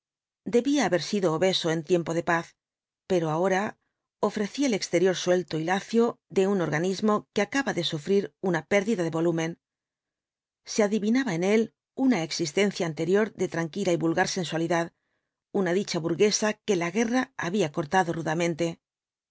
debía haber sido obeso en tiempo de paz pero ahora ofrecía el exterior suelto y lacio de un organismo que acaba de sufrir una pérdida de volumen se adivinaba en él una existencia anterior de tranquila y vulgar sensualidad una dicha burguesa que la guerra había cortado rudamente